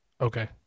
Okay